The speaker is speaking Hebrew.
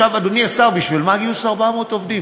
עכשיו, אדוני השר, בשביל מה גיוס 400 עובדים?